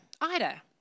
Ida